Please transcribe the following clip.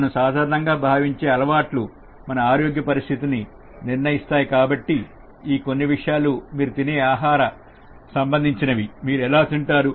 మనం సాధారణంగా భావించే అలవాట్లు మన ఆరోగ్య పరిస్థితిని నిర్ణయిస్తాయి కాబట్టి ఇ కొన్ని విషయాలు మీరు తినే ఆహారానికి సంబంధించినవి మీరు ఎలా తింటారు